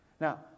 Now